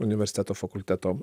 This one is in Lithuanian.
universiteto fakulteto